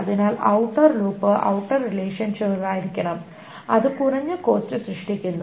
അതിനാൽ outer loop outer relation ചെറുതായിരിക്കണം അത് കുറഞ്ഞ കോസ്റ്റ് സൃഷ്ടിക്കുന്നു